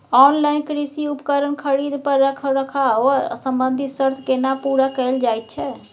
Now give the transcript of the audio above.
Online कृषि उपकरण खरीद पर रखरखाव संबंधी सर्त केना पूरा कैल जायत छै?